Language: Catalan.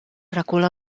recula